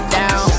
down